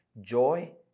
joy